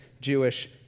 Jewish